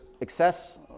excess